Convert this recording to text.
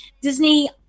Disney